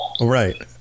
Right